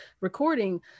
recording